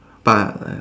but